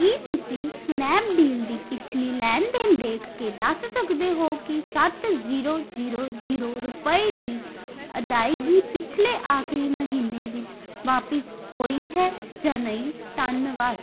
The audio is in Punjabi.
ਕੀ ਤੁਸੀਂਂ ਸਨੈਪਡੀਲ ਦੀ ਪਿਛਲੀ ਲੈਣ ਦੇਣ ਦੇਖ ਕੇ ਦੱਸ ਸਕਦੇ ਹੋ ਕਿ ਸੱਤ ਜ਼ੀਰੋ ਜ਼ੀਰੋ ਜ਼ੀਰੋ ਰੁਪਏ ਦੀ ਅਦਾਇਗੀ ਪਿਛਲੇ ਆਖਰੀ ਮਹੀਨੇ ਵਿੱਚ ਵਾਪਸ ਹੋਈ ਹੈ ਜਾਂ ਨਹੀਂ ਧੰਨਵਾਦ